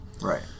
Right